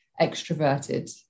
extroverted